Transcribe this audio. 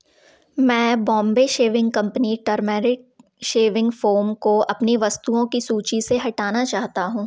मैं Bombay shaving company turmeric shaving foam को अपनी वस्तुओं की सूची से हटाना चाहता हूँ